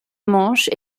manche